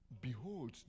Behold